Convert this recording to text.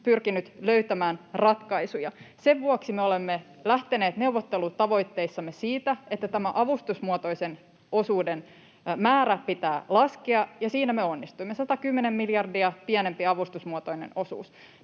pyrkinyt löytämään ratkaisuja. Sen vuoksi me olemme lähteneet neuvottelutavoitteissamme siitä, että tämän avustusmuotoisen osuuden määrän pitää laskea, ja siinä me onnistuimme: 110 miljardia pienempi avustusmuotoinen osuus.